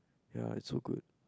ya it's so good